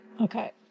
Okay